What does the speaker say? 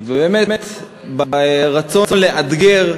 באמת ברצון לאתגר,